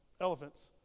elephants